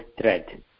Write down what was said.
thread